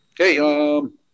Okay